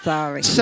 Sorry